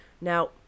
Now